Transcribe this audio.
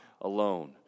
alone